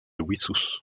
wissous